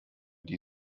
die